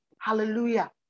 Hallelujah